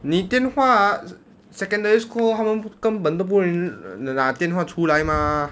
你电话 ah secondary school 他们根本都不能拿电话出来 mah